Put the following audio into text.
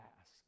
ask